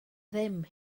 ddim